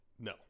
No